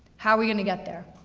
how are we gonna get there?